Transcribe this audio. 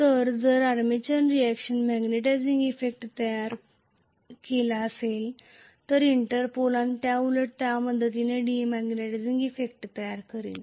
तर जर आर्मेचर रिएक्शनने मॅग्नेटिझिंग इफेक्ट तयार केला असेल तर मी इंटरपोल आणि त्याउलट त्याच्या मदतीने डीमग्नेटीझिंग इफेक्ट तयार करीन